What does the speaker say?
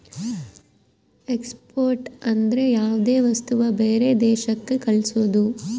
export ಅಂದ್ರ ಯಾವ್ದೇ ವಸ್ತುನ ಬೇರೆ ದೇಶಕ್ ಕಳ್ಸೋದು